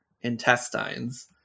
intestines